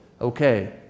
okay